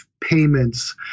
payments